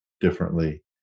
differently